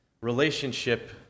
relationship